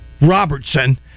Robertson